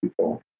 people